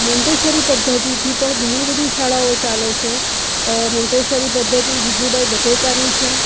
Montessori પદ્ધતિથી પણ ઘણી બધી શાળાઓ ચાલે છે મોન્ટેસરી પદ્ધતિ ગિજુભાઈ બધેકાની છે